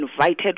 invited